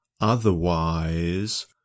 Otherwise